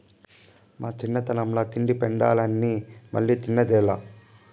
మా చిన్నతనంల తింటి పెండలాన్ని మల్లా తిన్నదేలా